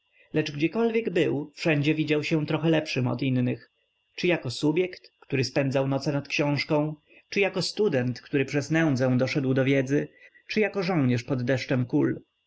lecz gdziekolwiek był wszędzie widział się trochę lepszym od innych czy jako subjekt który spędzał noce nad książką czy jako student który przez nędzę szedł do wiedzy czy jako żołnierz pod deszczem